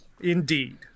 indeed